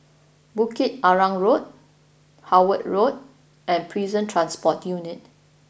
Bukit Arang Road Howard Road and Prison Transport Unit